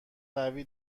قوی